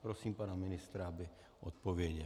Prosím pana ministra, aby odpověděl.